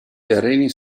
terreni